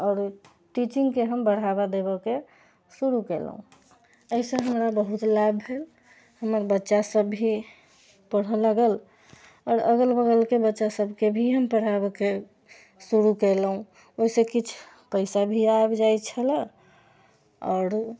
आओर टीचिंगके हम बढ़ावा देबेके शुरू कयलहुँ अइसँ हमरा बहुत लाभ भेल हमर बच्चा सब भी पढ़ऽ लागल आओर अगल बगलके बच्चा सबके भी हम पढ़ाबैके शुरू कयलहुँ ओइसँ किछु पैसा भी आबि जाइ छलै आओर